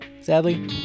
Sadly